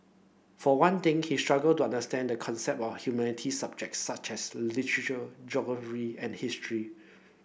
for one thing he struggled to understand the concept of humanities subjects such as geography and history